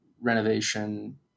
renovation